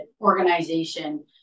organization